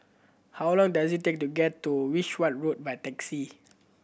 how long does it take to get to Wishart Road by taxi